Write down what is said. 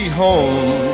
home